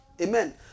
Amen